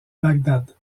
bagdad